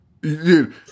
Dude